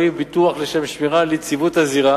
וביטוח לשם שמירה על יציבות הזירה,